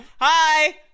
Hi